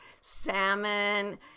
salmon